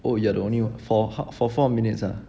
oh you are the only for how for four minutes ah